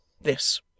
This